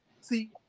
See